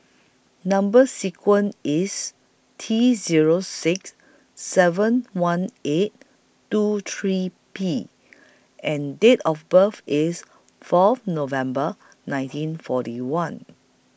Number sequence IS T Zero six seven one eight two three P and Date of birth IS Fourth November nineteen forty one